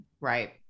Right